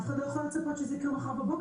אף אחד לא יכול לצפות שזה יקרה מחר בבוקר.